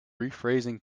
rephrasing